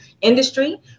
industry